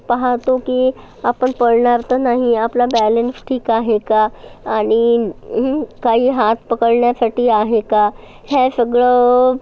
पाहतो की आपण पडणार तर नाही आपला बॅलन्स ठीक आहे का आणि काही हात पकडण्यासाठी आहे का हे सगळं